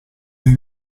dei